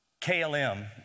KLM